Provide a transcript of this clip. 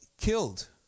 killed